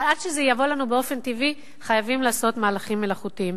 אבל עד שזה יבוא לנו באופן טבעי חייבים לעשות מהלכים מלאכותיים.